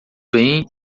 bem